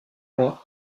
mois